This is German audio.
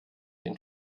den